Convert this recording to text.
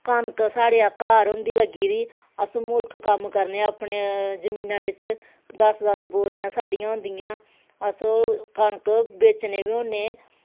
कनक साढ़े घर होंदी लग्गी दी अस मुल्ख कम्म करने अपनी जमीना बिच्च दस दस बोरियां साढ़ियां होंदियां अस कनक बेचने बी होन्ने